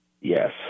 Yes